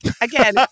again